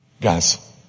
Guys